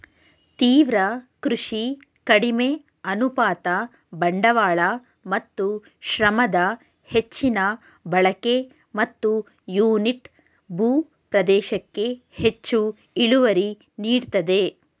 ತೀವ್ರ ಕೃಷಿ ಕಡಿಮೆ ಅನುಪಾತ ಬಂಡವಾಳ ಮತ್ತು ಶ್ರಮದ ಹೆಚ್ಚಿನ ಬಳಕೆ ಮತ್ತು ಯೂನಿಟ್ ಭೂ ಪ್ರದೇಶಕ್ಕೆ ಹೆಚ್ಚು ಇಳುವರಿ ನೀಡ್ತದೆ